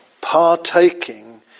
partaking